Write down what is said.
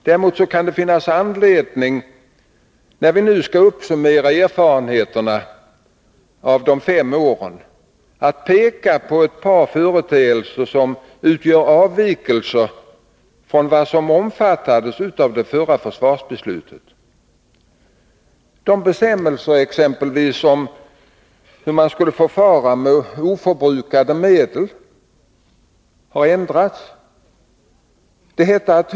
Däremot kan det finnas anledning, när vi nu skall summera erfarenheterna av de fem åren, att peka på ett par företeelser som utgör avvikelser från vad som omfattades av det förra försvarsbeslutet. Bestämmelserna om hur man skulle förfara med oförbrukade medel har exempelvis ändrats.